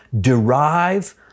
derive